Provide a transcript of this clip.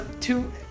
two